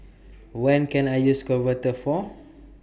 when Can I use Convatec For